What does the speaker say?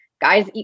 guys